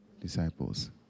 disciples